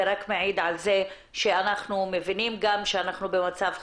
זה רק מעיד על זה שאנחנו מבינים גם שאנחנו במצב חרום,